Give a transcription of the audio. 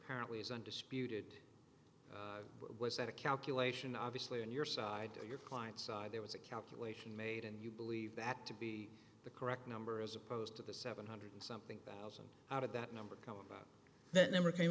currently is undisputed was that a calculation obviously on your side to your client side there was a calculation made and you believe that to be the correct number as opposed to the seven hundred something thousand out of that number column that number came